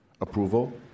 approval